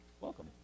Welcome